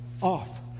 off